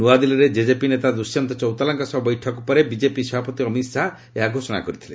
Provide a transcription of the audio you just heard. ନୂଆଦିଲ୍ଲୀରେ ଜେଜେପି ନେତା ଦୁଷ୍ୟନ୍ତ ଚୌତାଲାଙ୍କ ସହ ବୈଠକ ପରେ ବିଜେପି ସଭାପତି ଅମିତ୍ ଶାହା ଏହା ଘୋଷଣା କରିଛନ୍ତି